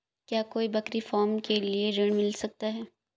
क्या कोई बकरी फार्म के लिए ऋण मिल सकता है?